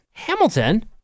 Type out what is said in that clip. Hamilton